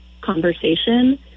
conversation